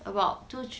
about two thr~